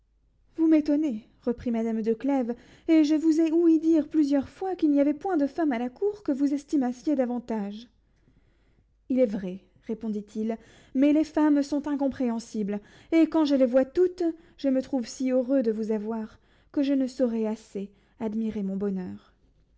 vous m'étonnez reprit madame de clèves et je vous ai ouï dire plusieurs fois qu'il n'y avait point de femme à la cour que vous estimassiez davantage il est vrai répondit-il mais les femmes sont incompréhensibles et quand je les vois toutes je me trouve si heureux de vous avoir que je ne saurais assez admirer mon bonheur